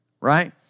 right